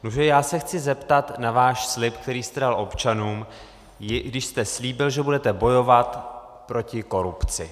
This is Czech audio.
Nuže, já se chci zeptat na váš slib, který jste dal občanům, kdy jste slíbil, že budete bojovat proti korupci.